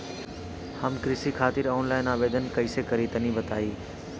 हम कृषि खातिर आनलाइन आवेदन कइसे करि तनि बताई?